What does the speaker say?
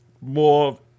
more